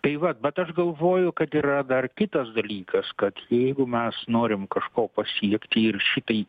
tai vat bet aš galvoju kad yra dar kitas dalykas kad jeigu mes norim kažko pasiekti ir šitai